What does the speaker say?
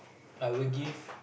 I would give